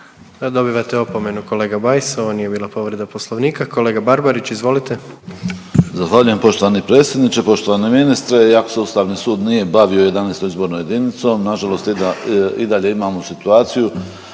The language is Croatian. Dobivate opomenu kolega Bajs ovo nije bila povreda poslovnika. Kolega Barbarić izvolite. **Barbarić, Nevenko (HDZ)** Zahvaljujem poštovani predsjedniče. Poštovani ministre. Iako se Ustavni sud nije bavio 11. izbornom jedinicom nažalost je da i dalje imamo situaciju